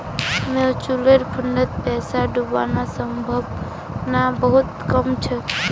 mutual फंडत पैसा डूबवार संभावना बहुत कम छ